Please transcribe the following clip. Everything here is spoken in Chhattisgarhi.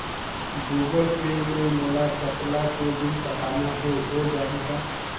गूगल पे ले मोल चपला के बिल पटाना हे, हो जाही का?